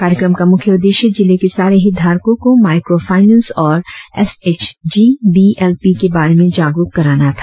कार्यक्रम का मुख्य उद्देश्य जिले के सारे हितधारको को माईक्रो फाईनेंस और S H G B L P के बारे में जागरुक कराना था